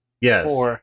Yes